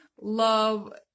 love